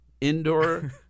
indoor